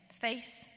Faith